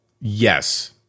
Yes